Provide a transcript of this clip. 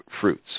fruits